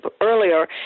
earlier